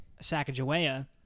Sacagawea